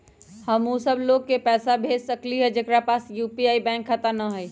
हम उ सब लोग के पैसा भेज सकली ह जेकरा पास यू.पी.आई बैंक खाता न हई?